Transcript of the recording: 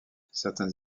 certains